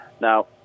Now